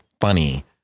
funny